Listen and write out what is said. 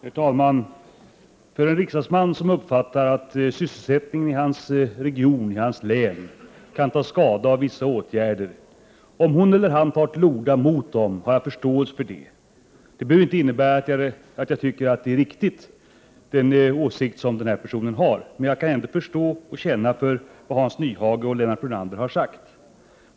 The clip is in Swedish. Herr talman! Jag har förståelse för om en riksdagsman, som uppfattar att sysselsättningen i hans region och län kan ta skada av vissa åtgärder, tar till orda mot dem. Det behöver inte innebära att jag tycker att den åsikten är riktig. Men jag kan ändå förstå och känna för vad Hans Nyhage och Lennart Brunander har sagt.